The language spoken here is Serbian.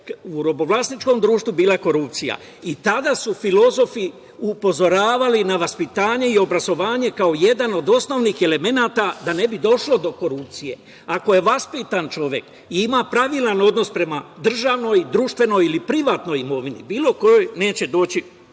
u robovlasničkom društvu bila korupcija i tada su filozofi upozoravali na vaspitanje i obrazovanje kao jedan od osnovnih elemenata da ne bi došlo do korupcije. Ako je vaspitan čovek i ima pravilan odnos prema državnoj, društvenoj ili privatnoj imovini, bilo kojoj neće doći